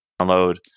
download